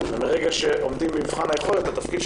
מרגע שעומדים במבחן היכולת התפקיד של